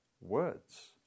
words